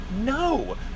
no